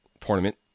tournament